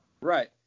right